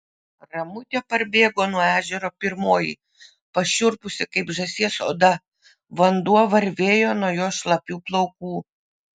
ramutė parbėgo nuo ežero pirmoji pašiurpusia kaip žąsies oda vanduo varvėjo nuo jos šlapių plaukų